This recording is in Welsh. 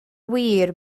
wir